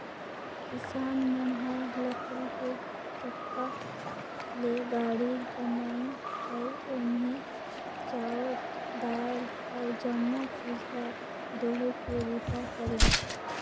किसान मन ह लकरी के चक्का ले गाड़ी बनाइन अउ ओम्हे चाँउर दायल अउ जमो चीज ल डोहे के बूता करिन